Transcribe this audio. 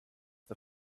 the